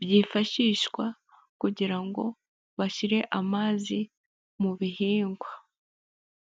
byifashishwa kugira ngo bashyire amazi mu bihingwa.